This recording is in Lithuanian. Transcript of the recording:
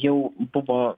jau buvo